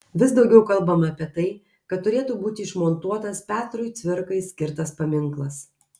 vis daugiau kalbama apie tai kad turėtų būti išmontuotas petrui cvirkai skirtas paminklas